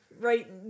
Right